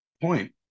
point